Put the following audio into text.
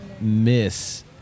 miss